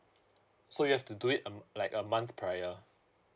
so you have to do it uh like a month prior